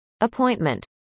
Appointment